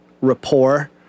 rapport